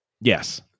Yes